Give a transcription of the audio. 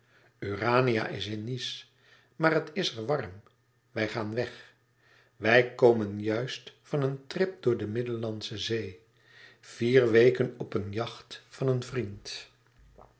urania is in nice maar het is er warm wij gaan weg wij komen juist van een trip door de middellandsche zee vier weken op het yacht van een vriend